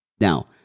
Now